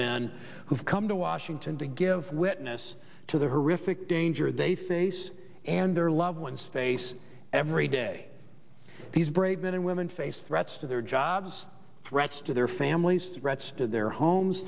men who've come to washington to give witness to the horrific danger they think this and their loved ones face every day these brave men and women face threats to their jobs threats to their families threats to their homes